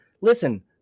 listen